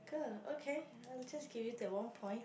good okay I'll just give you that one point